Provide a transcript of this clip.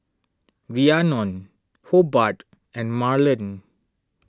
Rhiannon Hobart and Marland